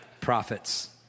prophets